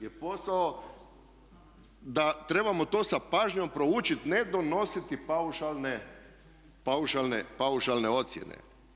To je posao da trebamo to sa pažnjom proučiti ne donositi paušalne ocjene.